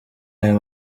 aya